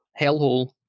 hellhole